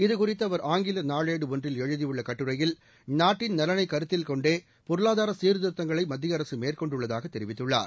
இதுகுறித்து அவர் ஆங்கில நாளேடு ஒன்றில் எழுதியுள்ள கட்டுரையில் நாட்டின் நலனைக் கருத்தில் கொண்டே பொருளாதார சீர்திருத்தங்களை மத்திய அரசு தெரிவித்துள்ளார்